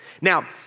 Now